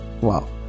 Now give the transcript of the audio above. Wow